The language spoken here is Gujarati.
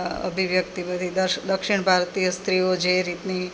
અભિવ્યક્તિ બધી દક્ષિણ ભારતીય સ્ત્રીઓ જે રીતની